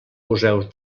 museus